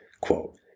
quote